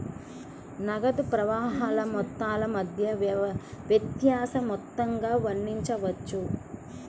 నగదు ప్రవాహాల మొత్తాల మధ్య వ్యత్యాస మొత్తంగా వర్ణించవచ్చు